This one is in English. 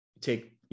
take